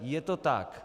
Je to tak.